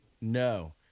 No